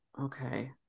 okay